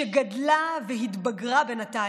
שגדלה והתבגרה בינתיים,